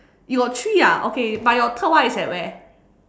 you got three ah okay but your third one is at where